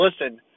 listen